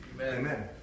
Amen